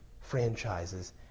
franchises